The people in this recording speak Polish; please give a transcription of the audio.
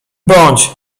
bądź